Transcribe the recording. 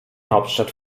hauptstadt